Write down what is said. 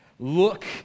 Look